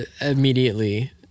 immediately